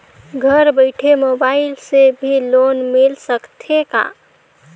घर बइठे मोबाईल से भी लोन मिल सकथे का?